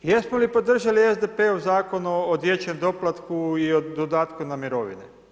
Jesmo li podržali SDP-ov Zakon o dječjem doplatku i o dodatku na mirovine?